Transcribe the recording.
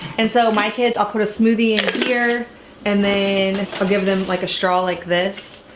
and so my kids, i'll put a smoothie in here and then i'll give them like a straw like this.